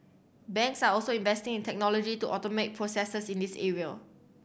banks are also investing in technology to automate processes in this area